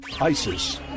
ISIS